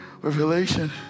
revelation